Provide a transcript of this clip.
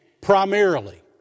primarily